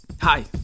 Hi